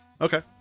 Okay